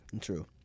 True